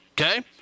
okay